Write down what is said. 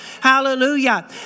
Hallelujah